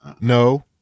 No